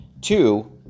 Two